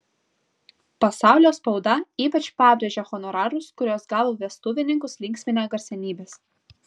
pasaulio spauda ypač pabrėžia honorarus kuriuos gavo vestuvininkus linksminę garsenybės